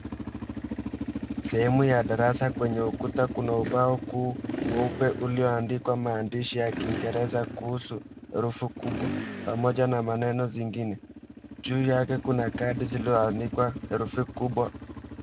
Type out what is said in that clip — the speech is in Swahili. Sehemu ya darasa. Kwenye ukuta kuna ubao kuu mweupe ulioandikwa maandishi ya kingereza kuhusu herufi kubwa pamoja na maneno zingine. Juu yake kuna kadi zilizoandikwa herufi kubwa.